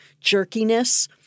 jerkiness